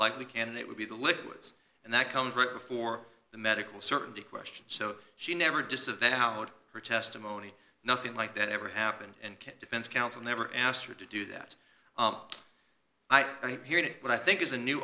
likely candidate will be the liquids and that comes right before the medical certainty question so she never disavowed her testimony nothing like that ever happened and can't defense counsel never asked her to do that i didn't hear it but i think it's a new